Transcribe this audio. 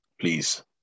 please